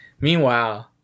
meanwhile